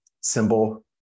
symbol